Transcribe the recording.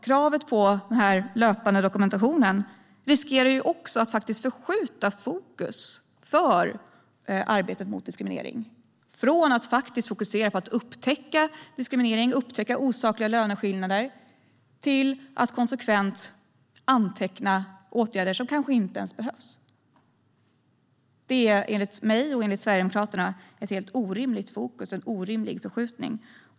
Kravet på löpande dokumentation riskerar dessutom att förskjuta fokus i arbetet mot diskriminering från att fokusera på att upptäcka diskriminering och osakliga löneskillnader till att konsekvent anteckna åtgärder som kanske inte ens behövs. Det är enligt mig och Sverigedemokraterna ett helt orimligt fokus och en orimlig förskjutning.